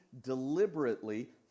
deliberately